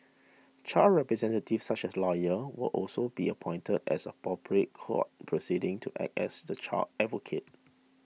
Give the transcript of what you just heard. child representatives such as lawyers will also be appointed as a appropriate court proceedings to act as the child's advocate